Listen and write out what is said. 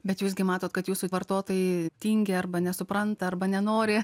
bet jūs gi matot kad jūsų vartotojai tingi arba nesupranta arba nenori